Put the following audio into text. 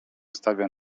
stawia